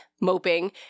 moping